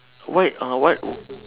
wait oh what